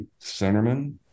centerman